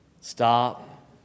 Stop